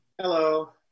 Hello